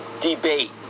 debate